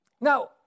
Now